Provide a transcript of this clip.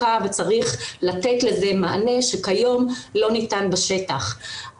וצריך לתת לזה מענה שכיום לא ניתן בשטח.